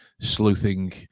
sleuthing